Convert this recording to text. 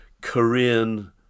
Korean